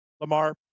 Lamar